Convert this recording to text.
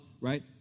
right